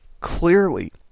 Clearly